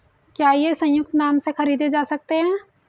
क्या ये संयुक्त नाम से खरीदे जा सकते हैं?